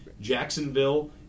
Jacksonville